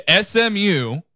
SMU